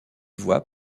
voies